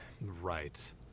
Right